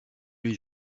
les